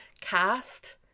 cast